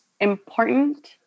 important